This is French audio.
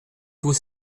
coup